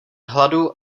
hladu